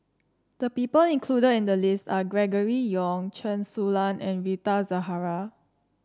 the people included in the list are Gregory Yong Chen Su Lan and Rita Zahara